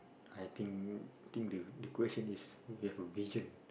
I think think the question is we have a vision